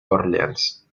orleans